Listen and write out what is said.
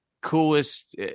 coolest